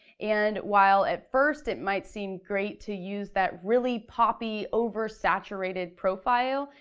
and while at first, it might seem great to use that really poppy, oversaturated profile,